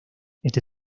este